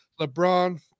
LeBron